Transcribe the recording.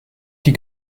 die